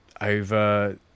over